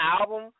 album